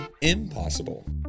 impossible